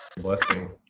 Blessing